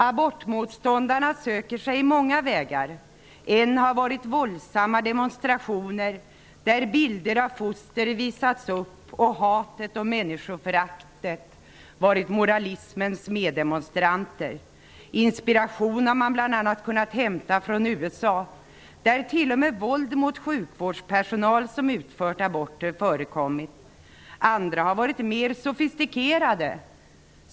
Abortmotståndarna söker sig många vägar. En har varit våldsamma demonstrationer, där bilder av foster visats upp och hatet och människoföraktet varit moralismens meddemonstranter. Inspiration har man bl.a. kunnat hämta från USA, där t.o.m. våld mot sjukvårdspersonal som utfört aborter förekommit. Andra har varit mer sofistikerade.